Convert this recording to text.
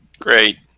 Great